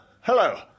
Hello